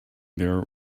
there